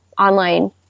online